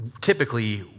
typically